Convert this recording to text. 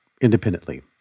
independently